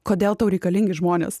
kodėl tau reikalingi žmonės